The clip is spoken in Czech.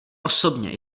osobně